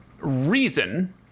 reason